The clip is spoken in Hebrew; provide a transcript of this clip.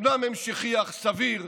אומנם המשכי אך סביר,